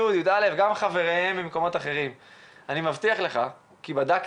אני מבטיח לך, בדקתי,